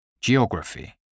geography